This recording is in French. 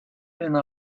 peine